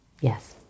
Yes